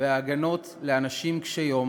וההגנות לאנשים קשי-יום